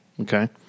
Okay